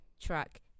track